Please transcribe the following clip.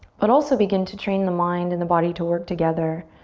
but also begin to train the mind and the body to work together